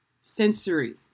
sensory